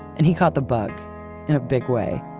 and he caught the bug in a big way.